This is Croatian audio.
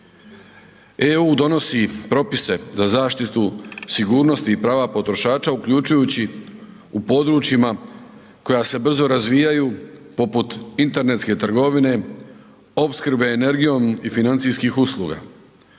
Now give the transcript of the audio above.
EU donosi propise za zaštitu sigurnosti i prava potrošača uključujući u područjima koja se brzo razvijaju poput internetske trgovine opskrbe energijom i financijskih usluga.